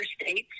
states